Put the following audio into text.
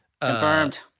Confirmed